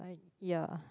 ya